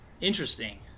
Interesting